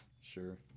Sure